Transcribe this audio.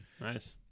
Nice